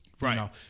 Right